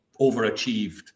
overachieved